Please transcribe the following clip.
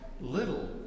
little